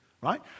right